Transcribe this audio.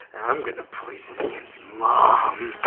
i'm gonna poison ian's mom!